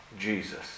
Jesus